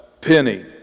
penny